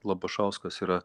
labašauskas yra